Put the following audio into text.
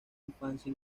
infancia